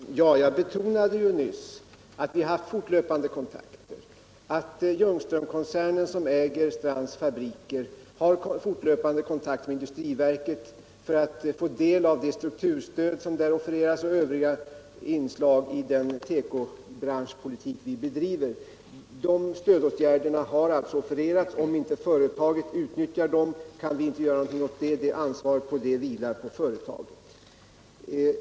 Herr talman! Jag betonade nyss att vi har fortlöpande kontakter. Ljungströmkoncernen, som äger Strands fabrik, har fortlöpande kontakter med industriverket för att få del av det strukturstöd som offereras och av övriga inslag i den tekobranschpolitik som vi bedriver. De stödåtgärderna har alltså offererats. Om företaget inte utnyttjar dem kan vi inte göra någonting åt det - ansvaret vilar på företaget.